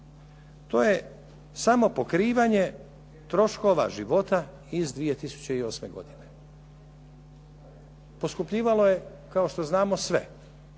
To je samo pokrivanje troškova života iz 2008. godine. Poskupljivalo je kao što znamo sve